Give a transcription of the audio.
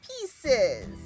pieces